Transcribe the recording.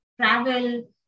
travel